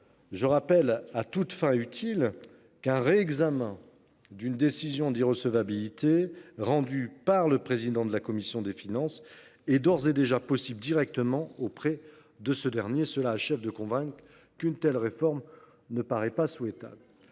Je rappelle à toutes fins utiles que le réexamen d’une décision d’irrecevabilité rendue par le président de la commission des finances est d’ores et déjà possible directement auprès de ce dernier. Cela achève de convaincre qu’une telle réforme ne paraît pas souhaitable.